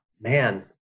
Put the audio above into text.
man